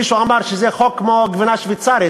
מישהו אמר שהחוק הזה הוא כמו גבינה שוויצרית.